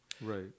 Right